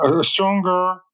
stronger